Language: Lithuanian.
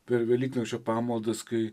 per velyknakčio pamaldas kai